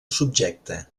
subjecte